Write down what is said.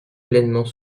pleinement